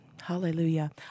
Hallelujah